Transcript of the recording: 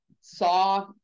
saw